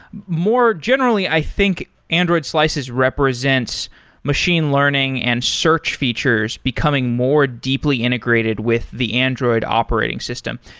more generally, i think android slices represents machine learning and search features becoming more deeply integrated with the android operating system.